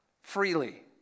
freely